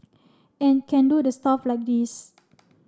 and can do the stuff like this